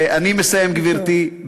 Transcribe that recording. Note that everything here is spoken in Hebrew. ואני מסיים, גברתי.